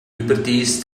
überdies